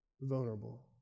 vulnerable